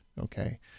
Okay